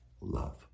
love